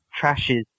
trashes